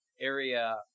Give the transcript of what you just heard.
area